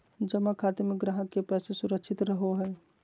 जमा खाते में ग्राहक के पैसा सुरक्षित रहो हइ